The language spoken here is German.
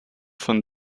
von